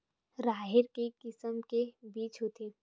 राहेर के किसम के बीज होथे?